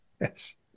Yes